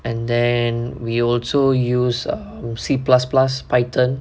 and then we also use err C plus plus python